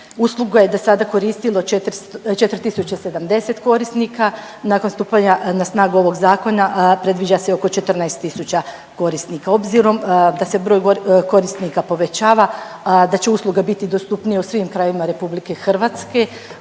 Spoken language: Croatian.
Uslugu je do sada koristilo 4070 korisnika. Nakon stupanja na snagu ovog zakona predviđa se oko 14000 korisnika. Obzirom da se broj korisnika povećava, da će usluga biti dostupnija u svim krajevima Republike Hrvatske